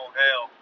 hell